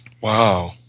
Wow